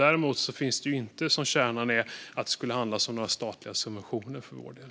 Däremot handlar det inte om några statliga subventioner för vår del, vilket var kärnan i resonemanget.